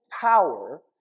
power